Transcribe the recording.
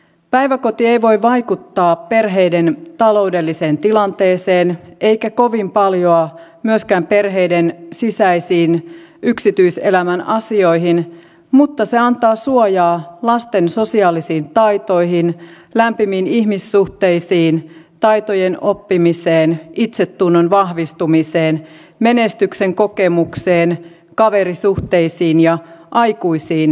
päiväkoti ei voi vaikuttaa perheiden taloudelliseen tilanteeseen eikä kovin paljoa myöskään perheiden sisäisiin yksityiselämän asioihin mutta se antaa suojaa lasten sosiaalisiin taitoihin lämpimiin ihmissuhteisiin taitojen oppimiseen itsetunnon vahvistumiseen menestyksen kokemukseen kaverisuhteisiin ja aikuisiin luottamiseen